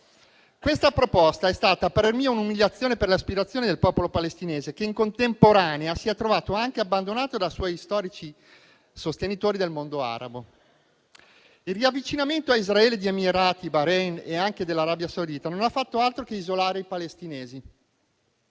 Questa proposta è stata, a parer mio, una umiliazione per le aspirazioni del popolo palestinese, che, in contemporanea, si è trovato anche abbandonato dai suoi storici sostenitori del mondo arabo. Il riavvicinamento a Israele degli Emirati, del Bahrein e anche dell'Arabia Saudita non ha fatto altro che isolare i palestinesi.